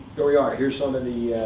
here we are. here's some of the